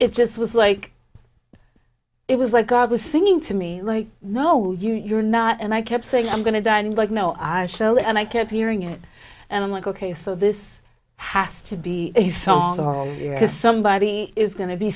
it just was like it was like god was singing to me like no you're not and i kept saying i'm going to die and like no show and i kept hearing it and i'm like ok so this has to be a song because somebody is go